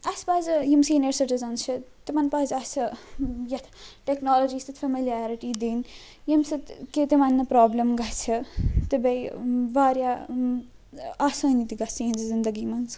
اسہِ پَزٕ یم سیٖنیَر سِٹیٖزَنٕز چھِ تِمن پَزِ اسہِ یَتھ ٹیٚکنالوجی سۭتۍ فیٚمِلیرِٹی دِنۍ ییٚمہِ سۭتۍ کہِ تِمن نہٕ پرٛابلم گَژھہِ تہٕ بیٚیہِ واریاہ آسٲنی تہِ گَژھہِ یِہنٛزِ زندگی مَنٛز